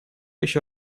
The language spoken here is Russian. еще